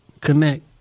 connect